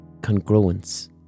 congruence